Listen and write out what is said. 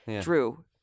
Drew